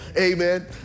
Amen